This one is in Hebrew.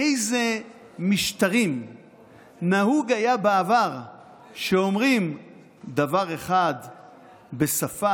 באיזה משטרים היה נהוג בעבר שאומרים דבר אחד בשפה